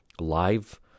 live